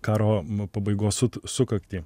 karo pabaigos sukaktį